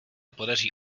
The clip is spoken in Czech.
podaří